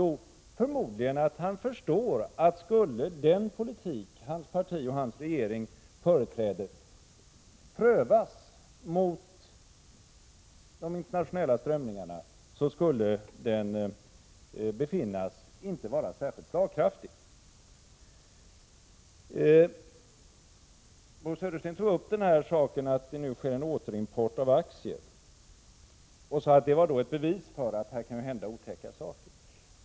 Jo, det är förmodligen att han förstår, att om den politik hans parti och hans regering företräder skulle prövas mot de internationella strömningarna, skulle den — Prot. 1986/87:132 inte befinnas vara särskilt slagkraftig. Bo Södersten tog upp det faktum att 27 maj 1987 det nu sker en återimport av aktier och sade att det var ett bevis för att det kunde hända otäcka saker.